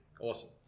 Awesome